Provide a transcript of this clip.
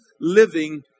living